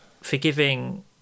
forgiving